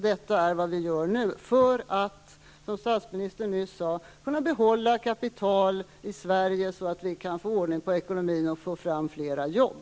Det är vad vi nu gör för att, som statsministern nyss sade, kunna behålla kapital i Sverige så att vi kan få ordning på ekonomin och få fram fler jobb.